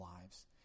lives